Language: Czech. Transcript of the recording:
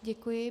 Děkuji.